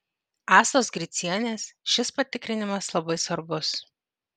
astos gricienės šis patikrinimas labai svarbus